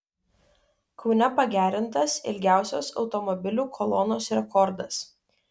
kaune pagerintas ilgiausios automobilių kolonos rekordas